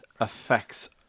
affects